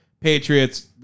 Patriots